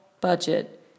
budget